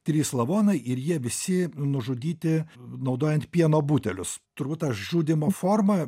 trys lavonai ir jie visi nužudyti naudojant pieno butelius turbūt ta žudymo forma